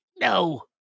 No